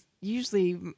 usually